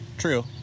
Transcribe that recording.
true